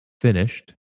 finished